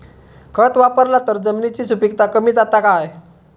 खत वापरला तर जमिनीची सुपीकता कमी जाता काय?